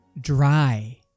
dry